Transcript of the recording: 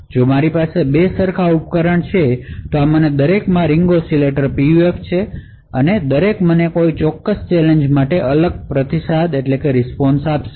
જો મારી પાસે બે સરખા ઉપકરણો છે આમાંના દરેકમાં રીંગ ઓસિલેટર PUF છે દરેક મને કોઈ ચોક્કસ ચેલેંજ માટે અલગ રીસ્પોન્શ આપશે